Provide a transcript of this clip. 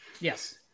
Yes